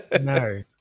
No